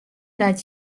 dat